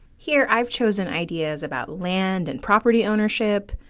here, i've chosen ideas about land and property ownership,